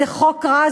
כי זה חוק רע.